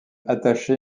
attaché